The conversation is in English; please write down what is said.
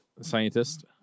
scientist